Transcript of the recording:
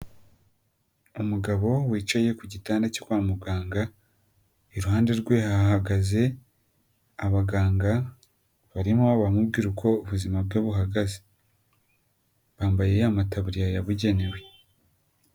Umugabo wicaye ku gitanda cyo kwa muganga, iruhande rwe ahahagaze abaganga, barimo baramubwira uko ubuzima bwe buhagaze. Bambaye amataburiya yabugenewe.